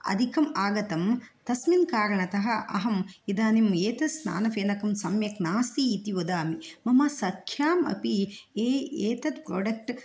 अधिकम् आगतं तस्मिन् कारणतः अहम् इदानीम् एतत् स्नानफेनकं सम्यक् नास्ति इति वदामि मम सख्याम् अपि ए एतत् प्रोडक्ट्